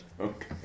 Okay